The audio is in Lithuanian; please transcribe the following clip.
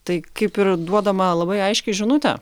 tai kaip ir duodama labai aiški žinutė